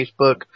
Facebook